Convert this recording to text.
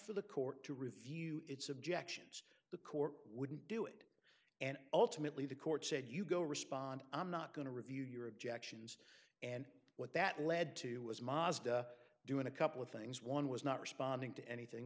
for the court to review its objections the court wouldn't do it and ultimately the court said you go respond i'm not going to review your objections and what that led to was mazda doing a couple of things one was not responding to anything